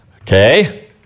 Okay